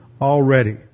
already